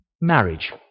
Marriage